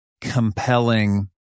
compelling